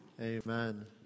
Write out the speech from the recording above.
Amen